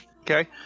Okay